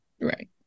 right